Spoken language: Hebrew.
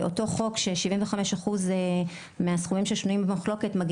אותו חוק ש- 75% מהסכומים ששנויים במחלוקת,